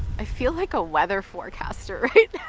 i feel like a weather forecaster right